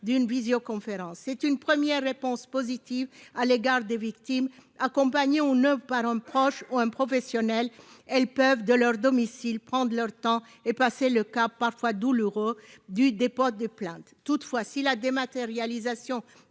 déposition. C'est une première réponse positive adressée aux victimes, accompagnées ou non par un proche ou un professionnel : elles peuvent, depuis leur domicile, prendre leur temps et passer le cap, parfois douloureux, du dépôt de plainte. Toutefois, si la dématérialisation